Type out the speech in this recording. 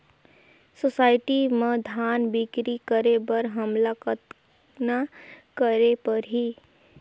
Society म धान बिक्री करे बर हमला कतना करे परही?